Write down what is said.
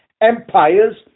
empires